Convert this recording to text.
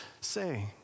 say